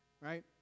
right